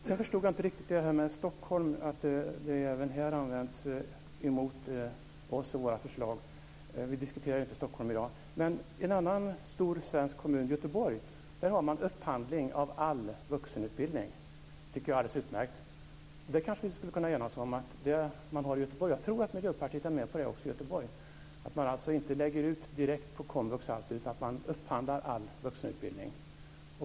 Sedan förstod jag inte riktigt att det här med Stockholm även här används mot oss och våra förslag. Vi diskuterar ju inte Stockholm i dag. Men i en annan stor svensk kommun, Göteborg, har man upphandling av all vuxenutbildning. Det tycker jag är alldeles utmärkt, och det kanske vi kunde enas om. Jag tror att även Miljöpartiet i Göteborg är med på detta, dvs. att inte lägga ut allt direkt på komvux utan att i stället upphandla all vuxenutbildning.